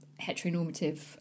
heteronormative